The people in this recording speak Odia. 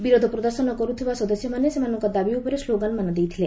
ବିରୋଧ ପ୍ରଦର୍ଶନ କରୁଥିବା ସଦସ୍ୟମାନେ ସେମାନଙ୍କ ଦାବି ଉପରେ ସ୍କୋଗାନମାନ ଦେଇଥିଲେ